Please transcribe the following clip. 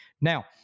Now